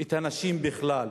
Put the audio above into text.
את הנשים בכלל.